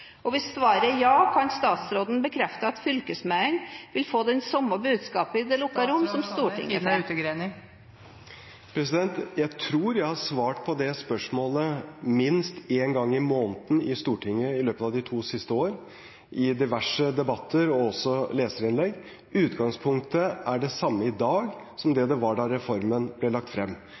Hvis svaret er ja, kan statsråden bekrefte at fylkesmennene vil få det samme budskapet i det lokale … Jeg tror jeg har svart på det spørsmålet minst én gang i måneden i diverse debatter i Stortinget i løpet av de to siste år – og også i leserinnlegg. Utgangspunktet er det samme i dag som det var da reformen ble lagt frem.